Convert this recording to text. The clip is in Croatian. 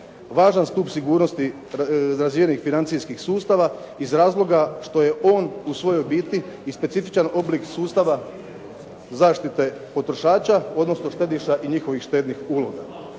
važan stup sigurnosti razvijenih financijskih sustava iz razloga što je on u svojoj biti i specifičan oblik sustava zaštite potrošača, odnosno štediša i njihovih štednih uloga.